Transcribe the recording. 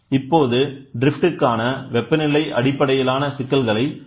இப்போது ட்ரிப்ஃட் கான வெப்பநிலை அடிப்படையிலான சிக்கல்களை காண்போம்